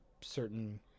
certain